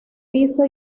piso